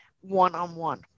one-on-one